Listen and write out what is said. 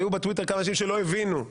היו בטוויטר כמה אנשים שלא הבינו.